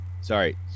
sorry